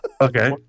Okay